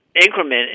increment